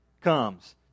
comes